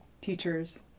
teachers